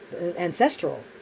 ancestral